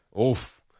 Oof